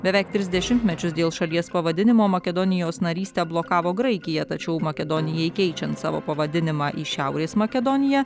beveik tris dešimtmečius dėl šalies pavadinimo makedonijos narystę blokavo graikija tačiau makedonijai keičiant savo pavadinimą į šiaurės makedoniją